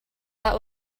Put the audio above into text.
that